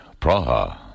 Praha